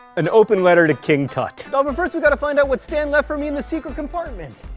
an open letter to king tut oh, but first we gotta find out what stan left for me in the secret compartment.